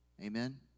Amen